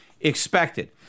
expected